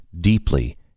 deeply